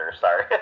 sorry